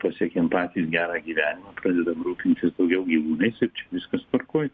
pasiekėm patys gerą gyvenimą pradedam rūpintis daugiau ir čia viskas tvarkoj